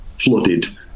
flooded